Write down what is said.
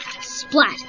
Splat